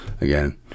Again